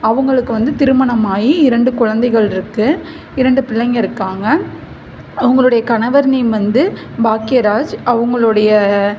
அவங்களுக்கு வந்து திருமணம் ஆகி இரண்டு குழந்தைகள் இருக்குது இரண்டு பிள்ளைங்க இருக்காங்கள் அவங்களுடைய கணவர் நேம் வந்து பாக்கியராஜ் அவங்களுடைய